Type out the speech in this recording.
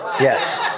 Yes